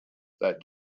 that